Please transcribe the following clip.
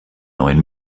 neuen